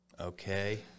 okay